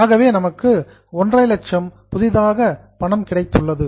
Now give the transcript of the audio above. ஆகவே நமக்கு 150 புதிதாக பணம் கிடைத்துள்ளது